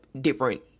different